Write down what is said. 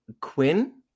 Quinn